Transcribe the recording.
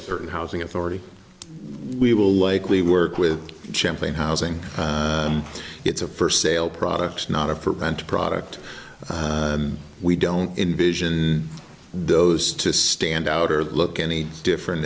certain housing authority we will likely work with champaign housing it's a first sale products not a preventive product and we don't envision those to stand out or look any different